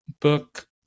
book